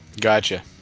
Gotcha